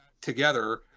together